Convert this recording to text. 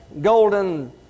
golden